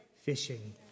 fishing